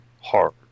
heart